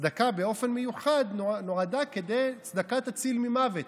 צדקה באופן מיוחד, צדקה תציל ממוות,